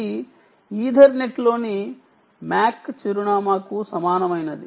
ఇది ఈథర్నెట్లోని MAC అడ్రస్కు సమానమైనది